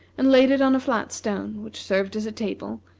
and laid it on a flat stone, which served as a table,